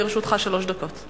לרשותך שלוש דקות.